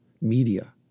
media